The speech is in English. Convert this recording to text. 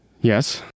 Yes